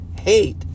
hate